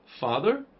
father